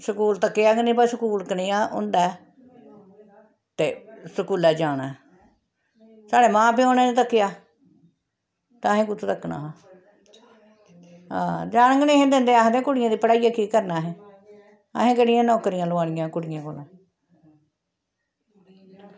school तक्केआ गै नेईं भई स्कूल कनेहा होंदा ऐ ते स्कूलै जाना ऐ साढ़े मां प्यो ने नी तक्केआ ते असें कुत्थें तक्कना आं जान गै निं हे दिंदे आखदे कुड़ियें गी पढ़ाइयै केह् करना अहें अहें केह्ड़ियां नौकरियां लोआनियां कुड़ियें कोला